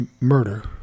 murder